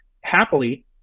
happily